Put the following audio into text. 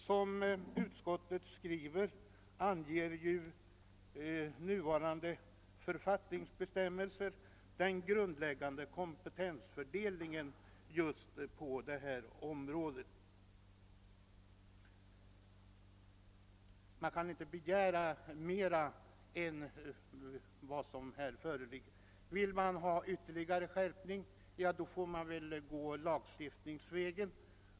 i Utskottet anför att nuvarande författningsbestämmelser anger den grundläggande kompetensfördelningen mellan de kommunala organen just på detta område. Vi anser att man inte kan begära mer än vad som här redan finns. Vill man ha en ytterligare skärpning, bör man gå lagstiftningsvägen.